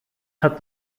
hat